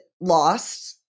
lost